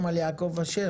על כמות של מפקחים.